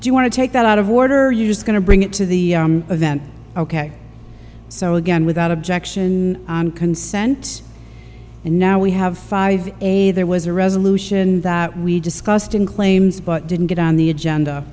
do you want to take that out of order you just going to bring it to the event ok so again without objection consent and now we have five a there was a resolution that we discussed in claims but didn't get on the agenda